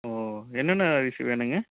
ஓ என்னென்ன அரிசி வேணுங்க